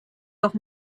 doch